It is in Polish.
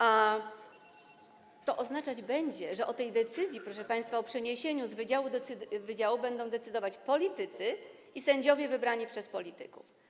A to oznaczać będzie, że o tej kwestii, proszę państwa, o przeniesieniu z wydziału do wydziału będą decydować politycy i sędziowie wybrani przez polityków.